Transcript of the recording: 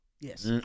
Yes